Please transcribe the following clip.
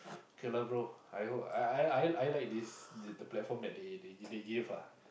okay lah bro I hope I I I I like this the platform they they they give lah